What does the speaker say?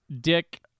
Dick